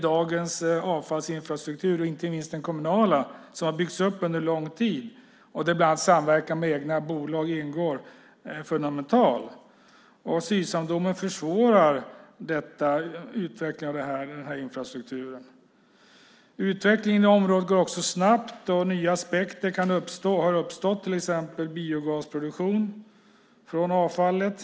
Dagens avfallsinfrastruktur, och inte minst den kommunala, som har byggts upp under lång tid och där bland annat samverkan med egna bolag ingår är fundamental. Sysavdomen försvårar utvecklingen av infrastrukturen. Utvecklingen inom området går också snabbt. Nya aspekter har uppstått, till exempel biogasproduktion från avfallet.